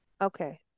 Okay